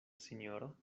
sinjoro